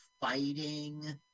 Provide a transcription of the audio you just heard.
fighting